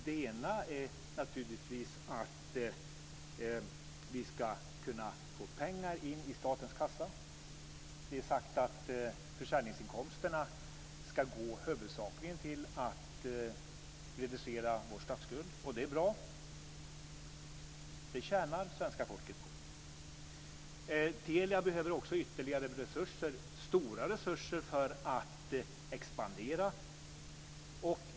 Ett är naturligtvis att vi ska kunna få pengar in i statens kassa. Vi har sagt att färsäljningsinkomsterna huvudsakligen ska gå till att reducera vår statsskuld, och det är bra. Det tjänar svenska folket på. Telia behöver också ytterligare resurser, stora resurser, för att expandera.